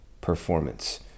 performance